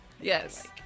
Yes